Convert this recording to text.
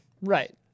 right